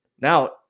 Now